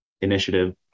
initiative